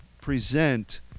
present